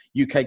UK